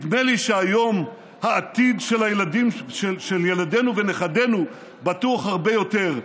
נדמה לי שהיום העתיד של ילדינו ונכדינו בטוח הרבה יותר.